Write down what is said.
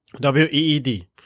W-E-E-D